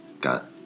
got